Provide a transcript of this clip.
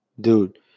dude